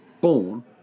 born